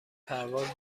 پرواز